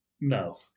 No